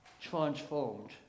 transformed